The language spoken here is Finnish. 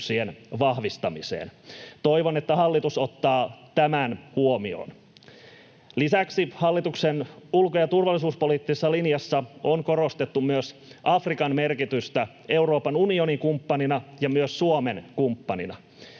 Toivon, että hallitus ottaa tämän huomioon. Lisäksi hallituksen ulko- ja turvallisuuspoliittisessa linjassa on korostettu myös Afrikan merkitystä Euroopan unionin kumppanina ja myös Suomen kumppanina.